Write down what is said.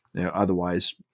otherwise